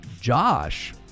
Josh